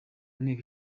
nteko